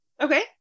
Okay